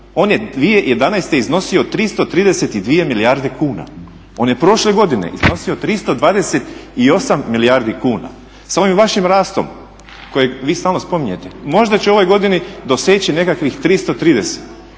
On je 2011. iznosio 332 milijarde kuna. On je prošle godine iznosio 328 milijardi kuna. S ovim vašim rastom kojeg vi stalno spominjete možda će u ovoj godini dosegnuti nekakvih 330.